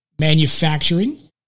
manufacturing